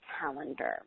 calendar